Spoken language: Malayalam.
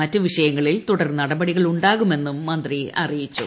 മറ്റ് വിഷയങ്ങളിൽ തുടർ നടപടികൾ ഉണ്ടാകുമെന്നും മന്ത്രി അറിയിച്ചു